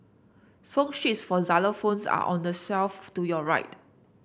song sheets for xylophones are on the shelf to your right